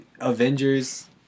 Avengers